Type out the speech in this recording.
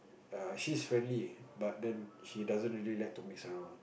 err she's friendly but then she doesn't really like to mix around